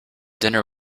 dinner